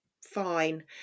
fine